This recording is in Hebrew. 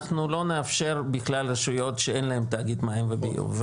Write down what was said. אנחנו לא נאפשר בכלל רשויות שאין להם תאגיד מים וביוב.